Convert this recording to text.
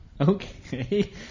Okay